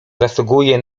zasługuje